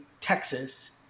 Texas